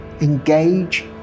engage